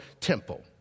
temple